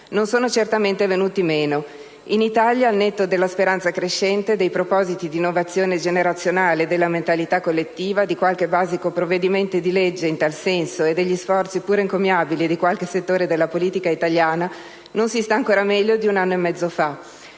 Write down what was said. non sono certamente venuti meno. In Italia, al netto della speranza crescente, dei propositi di innovazione generazionale e della mentalità collettiva, di qualche basico provvedimento di legge in tal senso e degli sforzi pur encomiabili di qualche settore della politica italiana, non si sta ancora meglio di un anno e mezzo fa.